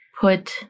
put